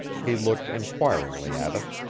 he looked inquiringly at us.